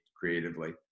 creatively